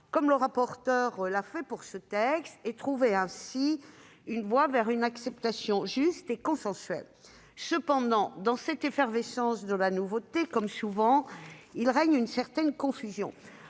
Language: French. notre rapporteur sur ce texte, et trouver ainsi une voie vers une acceptation juste et consensuelle. Cependant, dans cette effervescence de la nouveauté, il règne, comme souvent, une certaine confusion.